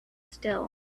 still